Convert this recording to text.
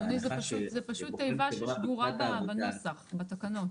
זו פשוט תיבה ששגורה בנוסח, בתקנות.